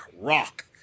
Rock